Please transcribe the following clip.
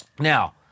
Now